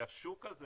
שהשוק הזה